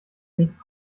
nichts